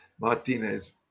Martinez